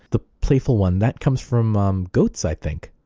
the playful one. that comes from um goats i think,